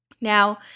Now